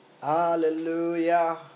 Hallelujah